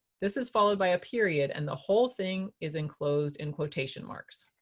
this is followed by a period and the whole thing is enclosed in quotation marks.